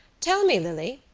tell me. lily,